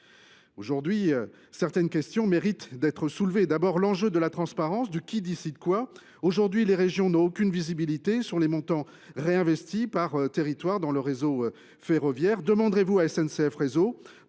Aujourd’hui, certaines questions méritent d’être soulevées, d’abord sur la transparence : qui décide quoi ? Les régions n’ont aucune visibilité sur les montants réinvestis, territoire par territoire, dans le réseau ferroviaire. Demanderez vous à SNCF Réseau